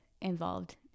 involved